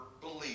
believe